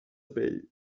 pell